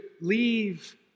leave